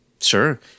Sure